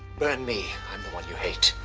burn me i'm the one you hate.